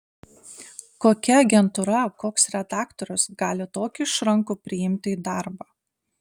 kokia agentūra koks redaktorius gali tokį išrankų priimti į darbą